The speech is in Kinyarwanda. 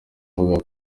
avuga